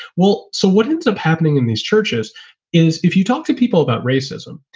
well, so what ends up happening in these churches is if you talk to people about racism,